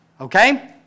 Okay